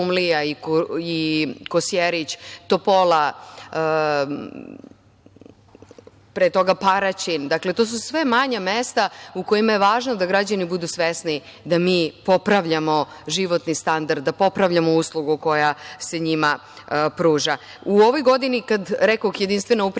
Kuršumlija i Kosjerić, Topola, pre toga Paraćin, dakle, to su sve manja mesta u kojima je važno da građani budu svesni da mi popravljamo životni standard, da popravljamo uslugu koja se njima pruža.U ovoj godini, kada rekoh jedinstvena upravna